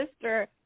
sister